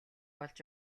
болж